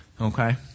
Okay